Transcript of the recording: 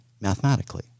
mathematically